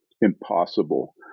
impossible